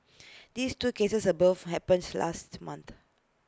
these two cases above happens last month